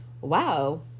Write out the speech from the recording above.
wow